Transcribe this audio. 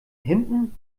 hinten